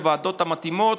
בוועדות המתאימות,